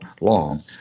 long